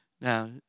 Now